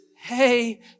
hey